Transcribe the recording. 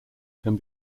can